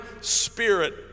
spirit